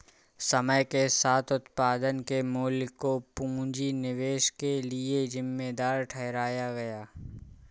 समय के साथ उत्पादन के मूल्य को पूंजी निवेश के लिए जिम्मेदार ठहराया गया